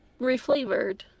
reflavored